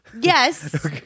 Yes